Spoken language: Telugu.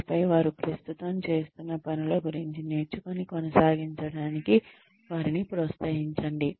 ఆపై వారు ప్రస్తుతం చేస్తున్న పనుల గురించి నేర్చుకొని కొనసాగించడానికి వారిని ప్రోత్సహించండి